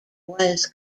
was